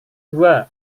dua